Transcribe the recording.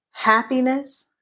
Happiness